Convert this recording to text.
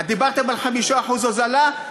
דיברתם על 5% הוזלה,